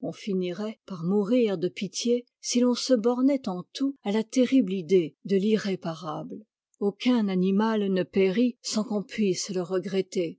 on finirait par mourir de pitié si l'on se bornait en tout à la terrible idée de t'irréparabte aucun animal ne périt sans qu'on puisse le regretter